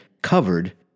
covered